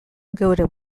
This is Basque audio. geure